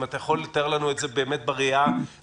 אם אתה יכול לתאר לנו את זה בראיית רוחב,